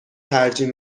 ترجیح